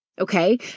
Okay